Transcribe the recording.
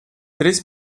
três